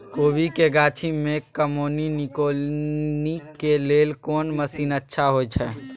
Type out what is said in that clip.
कोबी के गाछी में कमोनी निकौनी के लेल कोन मसीन अच्छा होय छै?